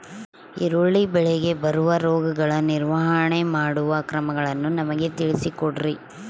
ಈರುಳ್ಳಿ ಬೆಳೆಗೆ ಬರುವ ರೋಗಗಳ ನಿರ್ವಹಣೆ ಮಾಡುವ ಕ್ರಮಗಳನ್ನು ನಮಗೆ ತಿಳಿಸಿ ಕೊಡ್ರಿ?